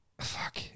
fuck